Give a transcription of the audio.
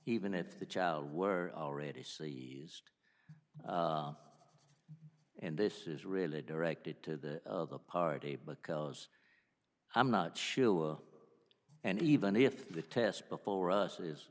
even if the child were already seized and this is really directed to the party because i'm not sure and even if the test before us is